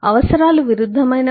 అవసరాలు విరుద్ధమైనవి